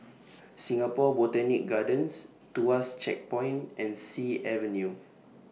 Singapore Botanic Gardens Tuas Checkpoint and Sea Avenue